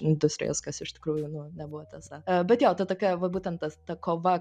industrijos kas iš tikrųjų nu nebuvo tiesa bet jo ta tokia va būtent tas ta kova